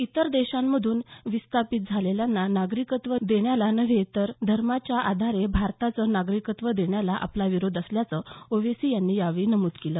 इतर देशांमधून विस्थापित झालेल्यांना नागरिकत्व देण्याला नव्हे तर धर्माच्या आधारे भारताचं नागरिकत्व देण्याला आपला विरोध असल्याचं ओवैसी यांनी यावेळी नमुद केल